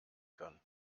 kann